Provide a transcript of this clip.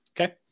okay